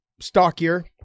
stockier